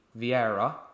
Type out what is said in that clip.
Vieira